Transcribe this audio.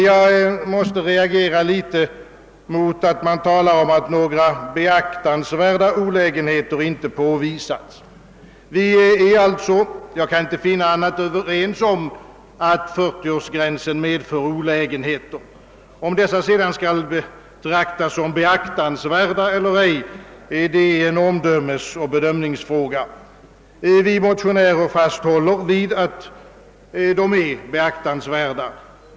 Jag måste reagera mot talet om att beaktansvärda olägenheter inte påvisats. Vi är alltså — jag kan inte finna annat — överens om att 40-årsregeln medför olägenheter. Om dessa skall betraktas som beaktansvärda eller ej, är en bedömningsfråga. Vi motionärer håller fast vid att de är beaktansvärda.